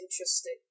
interesting